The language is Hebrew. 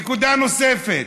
נקודה נוספת: